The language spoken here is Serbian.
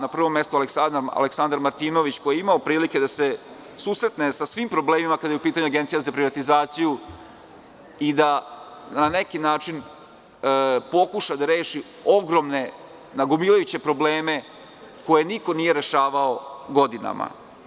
Na prvom mestu Aleksandar Martinović koji je imao prilike da se susretne sa svim problemima, kada je u pitanju Agencija za privatizaciju, i da na neki način pokuša da reši ogromne, nagomilane probleme koje niko nije rešavao godinama.